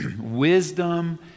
Wisdom